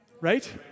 right